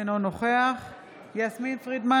אינו נוכח יסמין פרידמן,